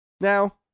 now